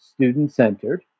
student-centered